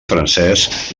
francesc